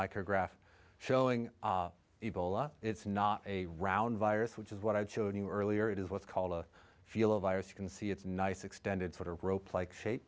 micrograph showing ebola it's not a round virus which is what i showed you earlier it is what's called a feel a virus you can see it's nice extended sort of rope like shape